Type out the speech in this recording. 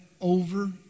over